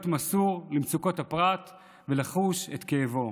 להיות מסור למצוקות הפרט ולחוש את כאבו.